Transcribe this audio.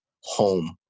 home